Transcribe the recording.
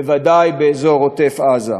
בוודאי באזור עוטף-עזה.